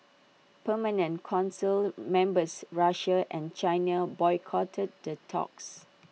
permanent Council members Russia and China boycotted the talks